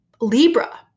Libra